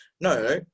No